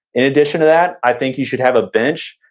in addition to that, i think you should have a bench.